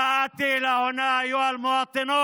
להלן תרגומם: אני הגעתי לכאן,